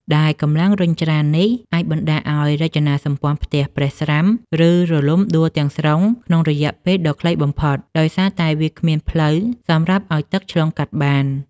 ដែលកម្លាំងរុញច្រាននេះអាចបណ្ដាលឱ្យរចនាសម្ព័ន្ធផ្ទះប្រេះស្រាំ ឬរលំដួលទាំងស្រុងក្នុងរយៈពេលដ៏ខ្លីបំផុត ដោយសារតែវាគ្មានផ្លូវសម្រាប់ឱ្យទឹកឆ្លងកាត់បាន។